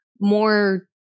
more